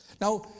Now